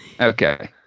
okay